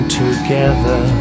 together